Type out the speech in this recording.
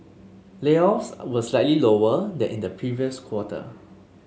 layoffs were slightly lower than in the previous quarter